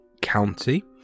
county